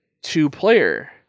two-player